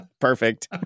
Perfect